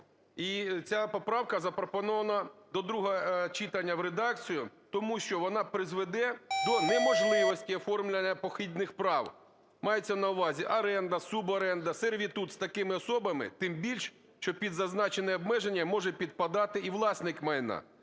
І ця поправка запропонована до другого читання в редакцію, тому що вона призведе до неможливості оформлення похідних прав, мається на увазі оренда, суборенда, сервітут, з такими особами, тим більш, що під зазначені обмеження може підпадати і власник майна,